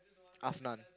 I've none